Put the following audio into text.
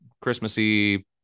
Christmassy